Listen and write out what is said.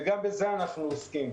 וגם בזה אנחנו עוסקים.